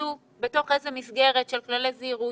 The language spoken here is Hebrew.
תגידו בתוך איזה מסגרת של כללי זהירות,